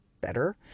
better